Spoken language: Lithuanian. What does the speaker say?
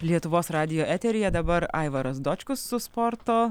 lietuvos radijo eteryje dabar aivaras dočkus su sporto